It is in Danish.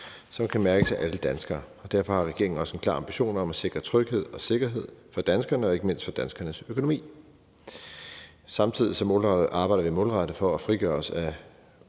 som kan mærkes af alle danskere. Derfor har regeringen også en klar ambition om at sikre tryghed og sikkerhed for danskerne og ikke mindst for danskernes økonomi. Samtidig arbejder vi målrettet for at frigøre os af